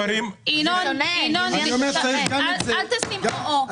אלה שנמצאים בתנאים הוותיקים, בסדר.